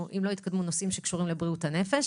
אם לא יתקדמו נושאים שקשורים לבריאות הנפש.